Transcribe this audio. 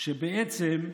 בעצם,